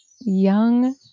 young